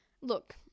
look